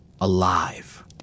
alive